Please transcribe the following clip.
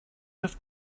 have